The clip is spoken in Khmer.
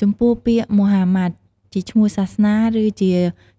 ចំពោះពាក្យម៉ូហាម៉ាត់ ជាឈ្មោះសាសនា ឬជា